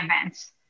events